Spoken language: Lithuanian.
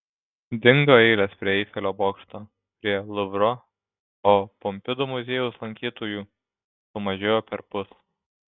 dingo eilės prie eifelio bokšto prie luvro o pompidu muziejaus lankytojų sumažėjo perpus